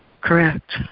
Correct